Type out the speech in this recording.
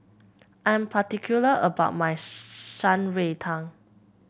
I'm particular about my Shan Rui Tang